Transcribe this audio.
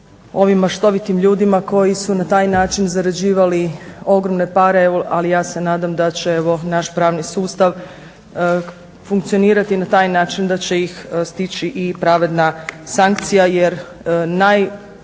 ovim maštovitim ljudima koji su na taj način zarađivali ogromne pare. Ali ja se nadam da će evo naš pravni sustav funkcionirati na taj način da će ih stići i pravedna sankcija. Jer najnemoralnije